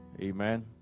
amen